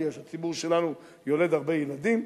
בגלל שהציבור שלנו מוליד הרבה ילדים,